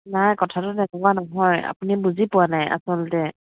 নাই কথাটো তেনেকুৱা নহয় আপুনি বুজি পোৱা নাই আচলতে